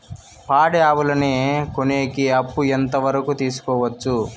పాడి ఆవులని కొనేకి అప్పు ఎంత వరకు తీసుకోవచ్చు?